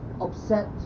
upset